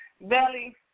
Belly